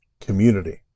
Community